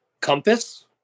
compass